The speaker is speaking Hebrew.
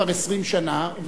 כבר 20 שנה,